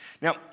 Now